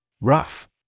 Rough